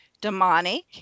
Demonic